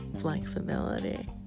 Flexibility